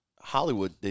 Hollywood